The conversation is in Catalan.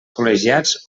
col·legiats